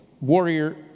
warrior